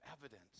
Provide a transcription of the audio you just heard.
evidence